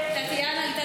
טטיאנה.